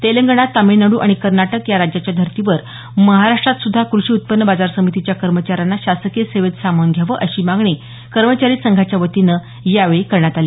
तेलंगणा तमिळनाडू आणि कर्नाटक या राज्याच्या धर्तीवर महाराष्ट्रातसुध्दा कृषी उत्पन्न बाजार समितीच्या कर्मचाऱ्यांना शासकीय सेवेत सामावून घ्यावं अशी मागणी कर्मचारी संघाच्या वतीनं यावेळी करण्यात आली